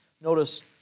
Notice